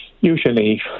usually